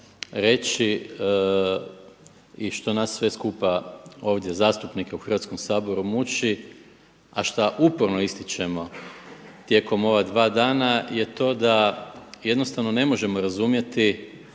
i što nas sve skupa ovdje zastupnike u Hrvatskom saboru muči, a šta uporno ističemo tijekom ova dva dana je to da jednostavno ne možemo razumjeti